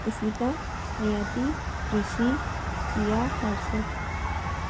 Ishita Niyati Rishi Priya Harshit